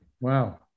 wow